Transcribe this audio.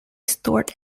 stored